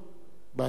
באשמתנו,